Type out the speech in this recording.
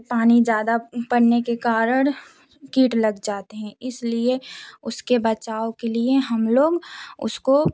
पानी ज़्यादा पड़ने के कारण कीट लग जाते हैं इसलिए उसके बचाव के लिए हम लोग उसको